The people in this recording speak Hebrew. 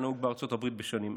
שהיה נהוג בארצות הברית בשנים אלה.